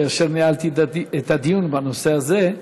כאשר ניהלתי את הדיון בנושא הזה,